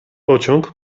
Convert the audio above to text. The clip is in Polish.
pociąg